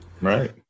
Right